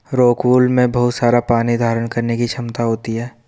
rockwool में बहुत सारा पानी धारण करने की क्षमता होती है